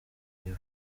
vumbi